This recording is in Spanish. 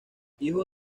hijo